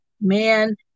man